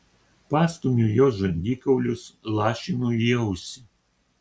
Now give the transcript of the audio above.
pastumiu jos žandikaulius lašinu į ausį